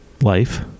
Life